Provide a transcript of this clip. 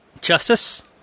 Justice